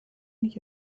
die